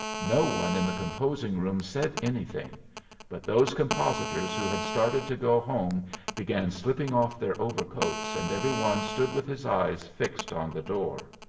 no one in the composing-room said anything but those compositors who had started to go home began slipping off their overcoats, and every one stood with his eyes fixed on the door.